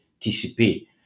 TCP